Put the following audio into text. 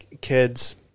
Kids